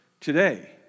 today